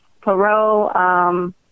parole